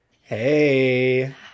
Hey